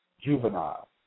juvenile